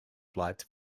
flights